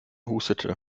hustete